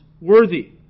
worthy